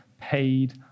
paid